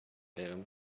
room